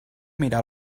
mirar